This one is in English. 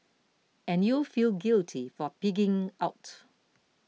and you'll feel guilty for pigging out